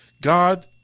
God